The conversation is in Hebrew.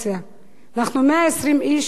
אנחנו 120 איש שחיים כאן,